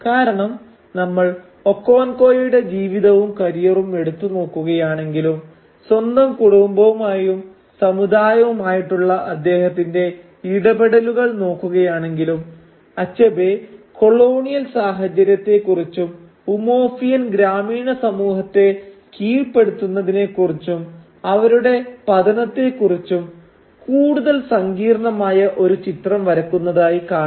കാരണം നമ്മൾ ഒക്കോൻകോയുടെ ജീവിതവും കരിയറും എടുത്ത് നോക്കുകയാണെങ്കിലും സ്വന്തം കുടുംബവുമായും സമുദായവുമായിയുള്ള അദ്ദേഹത്തിന്റെ ഇടപെടലുകൾ നോക്കുകയാണെങ്കിലും അച്ഛബേ കൊളോണിയൽ സാഹചര്യത്തെ കുറിച്ചും ഉമൊഫിയൻ ഗ്രാമീണ സമൂഹത്തെ കീഴ്പ്പെടുത്തുന്നതിനെക്കുറിച്ചും അവരുടെ പതനത്തെ കുറിച്ചും കൂടുതൽ സങ്കീർണമായ ഒരു ചിത്രം വരക്കുന്നതായി കാണാം